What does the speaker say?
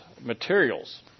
materials